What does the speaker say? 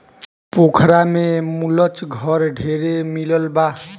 पोखरा में मुलच घर ढेरे मिलल बा